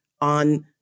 on